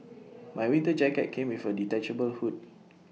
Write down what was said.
my winter jacket came with A detachable hood